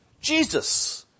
Jesus